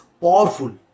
powerful